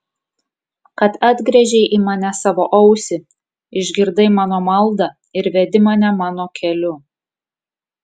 kad atgręžei į mane savo ausį išgirdai mano maldą ir vedi mane mano keliu